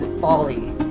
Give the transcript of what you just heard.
folly